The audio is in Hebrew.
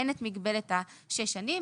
אין את מגבלת שש השנים,